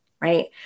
right